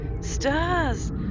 stars